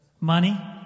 Money